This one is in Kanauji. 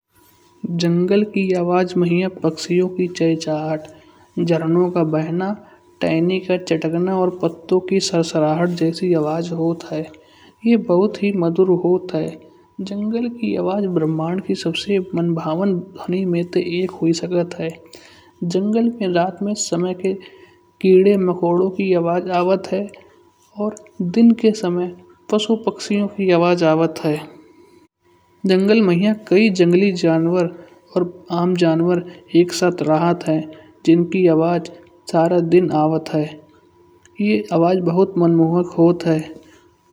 जंगल के आवाज मा हिया पक्षियन चा चाहत। झरनो का बहना, तैनी का छटकना और पत्तो की सरसराहट जैसी आवाज होयत है। या बहुत ही मधुर होयत है। जंगल के आवाज ब्रह्मांड की सबसे मनोरम ध्वनि में ते एक हुई शक्त है। जंगल में रात के समय कीड़े मकौड़न की आवाज आवत है। और दिन के समय पशुपक्षियों की आवाज आवत है। जंगल मा या कई जंगली जानवर और आम जानवर एक साथ रहत है। जिनकी आवाज सारा दिन आवत है। ये आवाज बहुत ही मनमोहक होवत है।